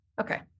Okay